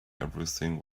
everything